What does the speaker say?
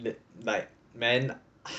like man